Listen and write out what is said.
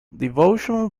devotional